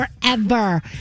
forever